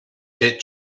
hit